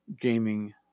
gaming